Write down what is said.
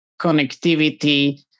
connectivity